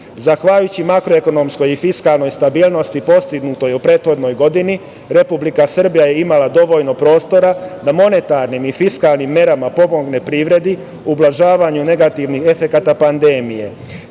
Zahvaljujući makroekonomskoj i fiskalnoj stabilnosti postignutoj u prethodnoj godini Republika Srbija je imala dovoljno prostora da monetarnim i fiskalnim merama pomogne privredi, ublažavanju negativnih efekata pandemije. Bio